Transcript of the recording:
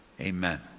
amen